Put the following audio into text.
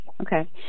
Okay